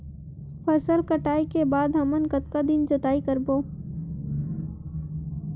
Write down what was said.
फसल कटाई के बाद हमन कतका दिन जोताई करबो?